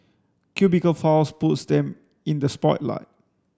cubicle files puts them in the spotlight